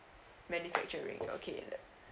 manufacturing okay